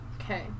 Okay